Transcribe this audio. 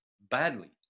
badly